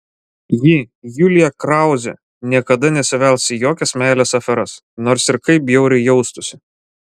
ji julija krauzė niekada nesivels į jokias meilės aferas nors ir kaip bjauriai jaustųsi